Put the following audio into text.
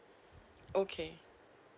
okay